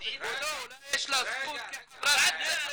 אולי יש לה זכות כחברת כנסת,